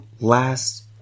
last